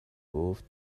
گفت